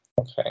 okay